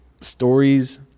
stories